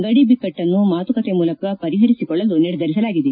ಗಡಿ ಬಿಕ್ಕಟ್ಟನ್ನು ಮಾತುಕತೆ ಮೂಲಕ ಪರಿಹರಿಸಿಕೊಳ್ಳಲು ನಿರ್ಧರಿಸಲಾಗಿದೆ